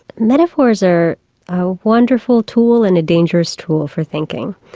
metaphors are a wonderful tool and a dangerous tool for thinking.